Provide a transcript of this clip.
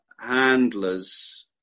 handlers